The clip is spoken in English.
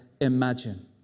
imagine